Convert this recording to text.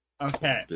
Okay